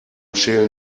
schälen